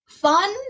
fun